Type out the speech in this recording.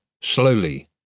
slowly